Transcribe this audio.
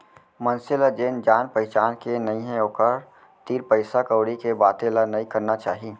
मनसे ल जेन जान पहिचान के नइये ओकर तीर पइसा कउड़ी के बाते ल नइ करना चाही